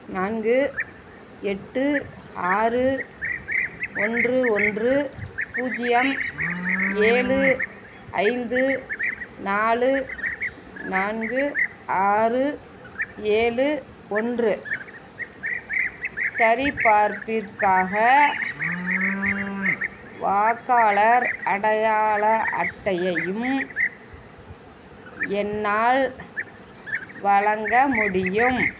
நான்கு எட்டு ஆறு ஒன்று ஒன்று பூஜ்ஜியம் ஏழு ஐந்து நாலு நான்கு ஆறு ஏழு ஒன்று சரிபார்ப்பிற்காக வாக்காளர் அடையாள அட்டையையும் என்னால் வழங்க முடியும்